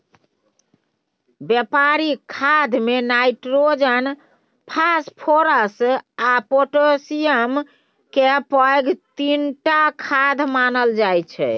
बेपारिक खादमे nitrogen, phosphorus आ पोटाशियमकेँ पैघ तीनटा खाद मानल जाइ छै